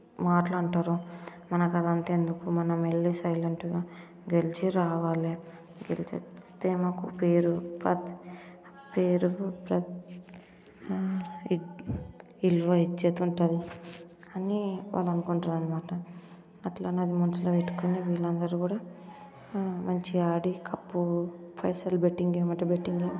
మాటలు అంటారు మనకు అది అంతా ఎందుకు మనం వెళ్ళి సైలెంట్గా గెలిచి రావాలి గెలిచి వస్తే మాకు పేరు ప్రత్ పేరు ప్రత్ విలువ ఇజ్జత్ ఉంటుంది అని వాళ్ళు అనుకుంటారు అనమాట అట్లనే వాళ్ళు మనసులో పెట్టుకొని వీళ్ళు అందరూ కూడా మంచిగా ఆడి కప్పు పైసలు బెట్టింగ్ గేమ్ అయితే బెట్టింగ్